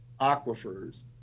aquifers